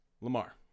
Lamar